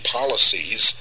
policies